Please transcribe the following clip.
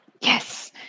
Yes